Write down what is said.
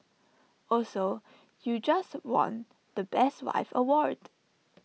also you just won the best wife award